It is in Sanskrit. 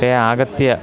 ते आगत्य